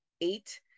eight